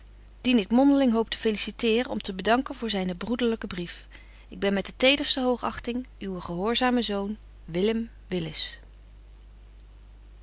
dien ik mondeling hoop te feliciteren en te bedanken voor zynen broederlyken brief ik ben met de tederste hoogachting uw gehoorzame zoon